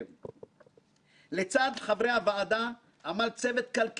שהוביל אותנו כפי שלא נעשה מעולם בכנסת ישראל.